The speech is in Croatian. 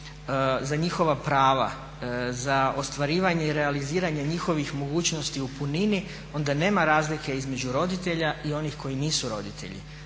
za njihova prava, za ostvarivanje i realiziranje njihovih mogućnosti u punini onda nema razlike između roditelja i onih koji nisu roditelji